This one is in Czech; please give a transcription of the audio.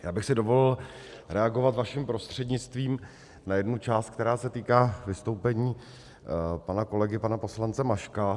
Já bych si dovolil reagovat vaším prostřednictvím na jednu část, která se týká vystoupení pana kolegy, pana poslance Maška.